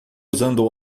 usando